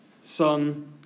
Son